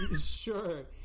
Sure